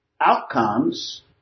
outcomes